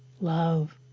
love